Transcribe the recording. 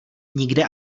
nikde